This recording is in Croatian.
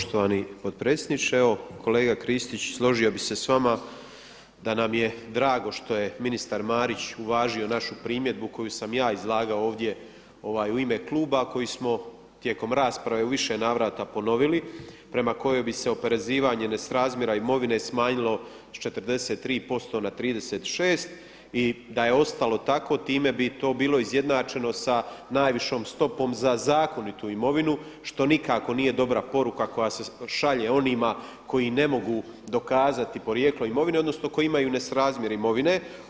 Poštovani potpredsjedniče, evo kolega Kristić složio bi se s vama da nam je drago što je ministar Marić uvažio našu primjedbu koju sam ja izlagao ovdje u ime kluba koju smo tijekom rasprave u više navrata ponovili prema kojoj bi se oporezivanje nesrazmjera imovine smanjilo s 43% na 36 i da je ostalo tako time bi to bilo izjednačeno s najvišom stopom za zakonitu imovinu što nikako nije dobra poruka koja se šalje onima koji ne mogu dokazati porijeklo imovine odnosno koji imaju nesrazmjer imovine.